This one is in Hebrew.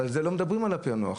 אבל לא מדברים על הפענוח.